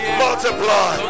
multiply